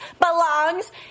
belongs